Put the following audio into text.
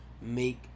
make